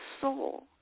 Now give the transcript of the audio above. soul